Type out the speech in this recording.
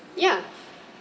ya